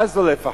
ואז לא לפחד.